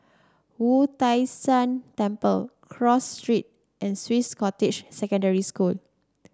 Wu Tai Shan Temple Cross Street and Swiss Cottage Secondary School